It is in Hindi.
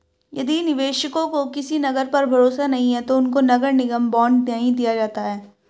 यदि निवेशकों को किसी नगर पर भरोसा नहीं है तो उनको नगर निगम बॉन्ड नहीं दिया जाता है